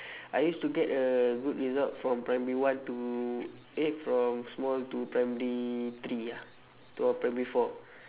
I used to get uh good results from primary one to eh from small to primary three ah to oh primary four